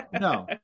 No